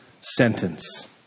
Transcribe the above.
sentence